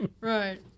Right